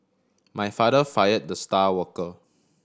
my father fired the star worker